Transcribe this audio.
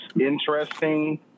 interesting